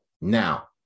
Now